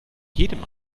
jedem